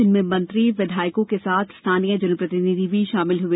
जिनमें मंत्री विधायकों के साथ स्थानीय जनप्रतिनिधि भी शामिल हुए